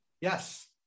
Yes